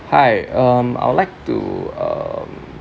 hi um I would like to um